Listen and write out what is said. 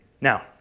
Now